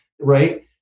right